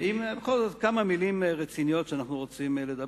כמה מלים רציניות שאנחנו רוצים לומר,